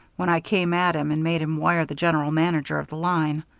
when i came at him and made him wire the general manager of the line.